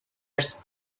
its